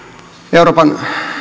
euroopan